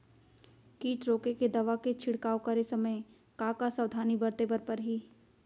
किट रोके के दवा के छिड़काव करे समय, का का सावधानी बरते बर परही?